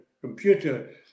Computer